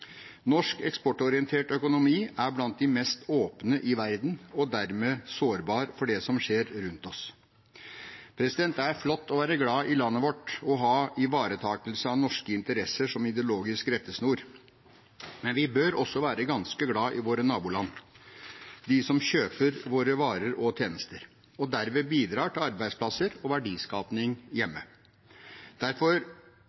Norsk eksportorientert økonomi er blant de mest åpne i verden og dermed sårbar for det som skjer rundt oss. Det er flott å være glad i landet vårt og ha ivaretakelse av norske interesser som ideologisk rettesnor, men vi bør også være ganske glad i våre naboland, de som kjøper våre varer og tjenester og derved bidrar til arbeidsplasser og